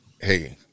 Hey